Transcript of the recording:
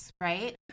right